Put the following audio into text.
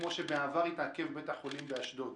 כמו שבעבר התעכבה הקמת בית החולים באשדוד.